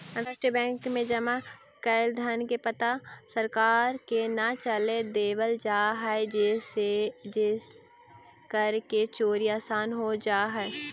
अंतरराष्ट्रीय बैंक में जमा कैल धन के पता सरकार के न चले देवल जा हइ जेसे कर के चोरी आसान हो जा हइ